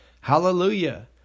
Hallelujah